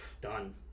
Done